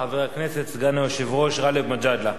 חבר הכנסת וסגן היושב-ראש גאלב מג'אדלה.